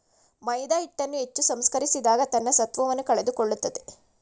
ಮೈದಾಹಿಟ್ಟನ್ನು ಹೆಚ್ಚು ಸಂಸ್ಕರಿಸಿದಾಗ ತನ್ನ ಸತ್ವವನ್ನು ಕಳೆದುಕೊಳ್ಳುತ್ತದೆ